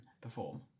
perform